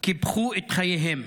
קיפחו את חייהם